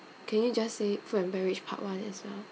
can you just say food and beverage part one as well